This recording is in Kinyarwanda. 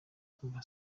kuva